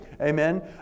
Amen